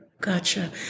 Gotcha